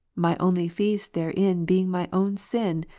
my only feast therein being my own sin,